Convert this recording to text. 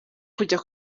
kujya